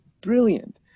brilliant